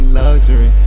luxury